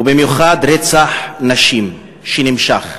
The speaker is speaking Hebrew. ובמיוחד רצח הנשים, שנמשך.